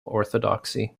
orthodoxy